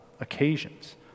occasions